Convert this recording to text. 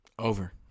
Over